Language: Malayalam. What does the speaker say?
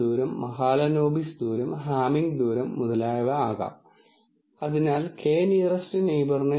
നിങ്ങൾ ഈ 2 ഡി ചിത്രത്തിൽ ക്ലാസ്സുകളെ തരം തിരിക്കാൻ ഒരു ലൈൻ വരയ്ക്കാൻ ശ്രമിക്കുന്നത് വളരെ ബുദ്ധിമുട്ടാണ് ഈ സാഹചര്യത്തിൽ ഏതാണ്ട് അസാധ്യമാണ്